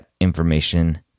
information